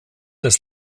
des